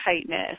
tightness